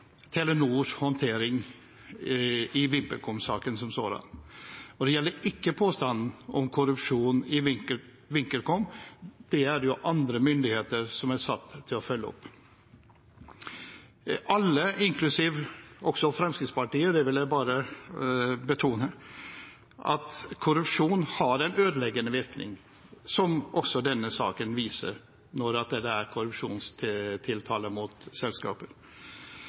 Telenors håndtering i VimpelCom-saken som sådan. Den gjelder ikke påstanden om korrupsjon i VimpelCom. Det er det andre myndigheter som er satt til å følge opp. Alle, inklusiv også Fremskrittspartiet – det vil jeg bare betone – mener at korrupsjon har en ødeleggende virkning, som også denne saken viser når det er korrupsjonstiltale mot